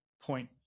point